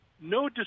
no